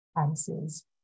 answers